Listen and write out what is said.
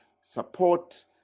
support